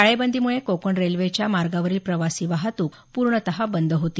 टाळेबंदीमुळे कोकण रेल्वेच्या मार्गावरील प्रवासी वाहतूक पूर्णतः बंद होती